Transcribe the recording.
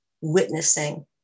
witnessing